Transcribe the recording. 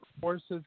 forces